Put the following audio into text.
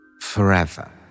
forever